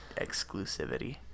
exclusivity